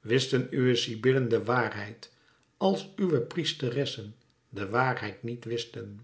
wisten uwe sibyllen de waarheid als uwe priesteressen de waarheid niet wisten